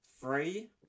three